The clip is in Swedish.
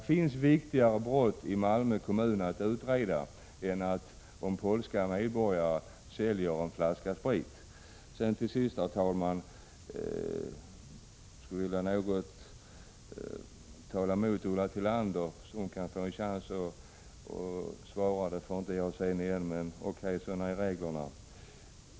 Det finns brott i Malmö kommun som det är viktigare att utreda än att undersöka om polska medborgare säljer en flaska sprit. Till sist, herr talman, skulle jag i någon mån vilja säga emot Ulla Tillander. Hon har chans att svara, medan jag för min del inte får göra något ytterligare inlägg. Men O.K. — sådana är reglerna.